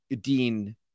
Dean